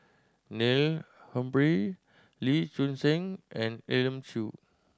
Neil Humphrey Lee Choon Seng and Elim Chew